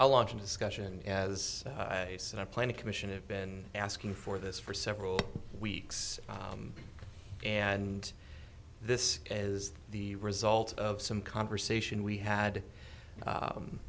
a launching discussion as i said i plan a commission have been asking for this for several weeks and this is the result of some conversation we had